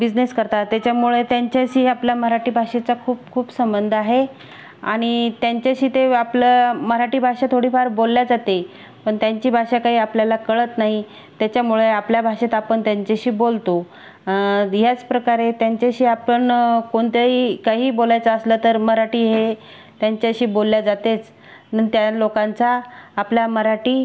business करतात त्याच्यामुळे त्यांच्याशी हे आपल्या मराठी भाषेचा खूप खूप संबंध आहे आणि त्यांच्याशी ते आपलं मराठी भाषा थोडीफार बोलली जाते पण त्यांची भाषा काही आपल्याला कळत नाही त्याच्यामुळे आपल्या भाषेत आपण त्यांच्याशी बोलतो याचप्रकारे त्यांच्याशी आपण कोणत्याही काहीही बोलायचं असलं तर मराठी हे त्यांच्याशी बोलली जातेच नि त्या लोकांचा आपल्या मराठी